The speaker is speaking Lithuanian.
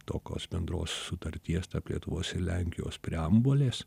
tokios bendros sutarties tarp lietuvos ir lenkijos preambulės